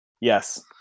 Yes